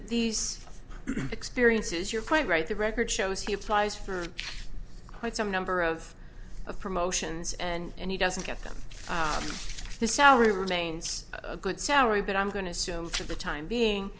these experiences you're quite right the record shows he applies for quite some number of a promotions and he doesn't get them the salary remains a good salary but i'm going to assume for the time being